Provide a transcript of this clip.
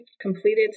completed